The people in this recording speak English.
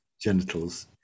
genitals